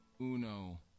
uno